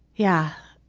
yeah.